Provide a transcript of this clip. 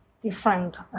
different